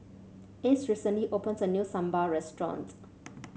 Ace recently opened a new Sambar Restaurant